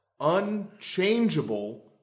unchangeable